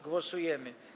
Głosujemy.